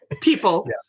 people